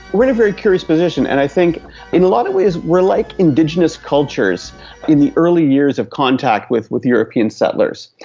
are in a very curious position and i think in a lot of ways like indigenous cultures in the early years of contact with with european settlers.